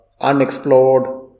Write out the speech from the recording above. unexplored